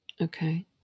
Okay